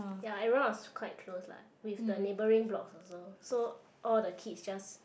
ya everyone was quite close lah with the neighbouring blocks also so all the kids just